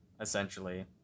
essentially